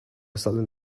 sullen